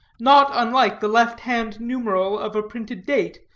not unlike the left-hand numeral of a printed date,